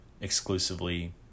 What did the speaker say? exclusively